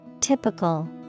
typical